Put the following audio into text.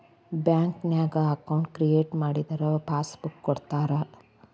ಬ್ಯಾಂಕ್ನ್ಯಾಗ account create ಮಾಡಿದರ passbook ಕೊಡ್ತಾರಾ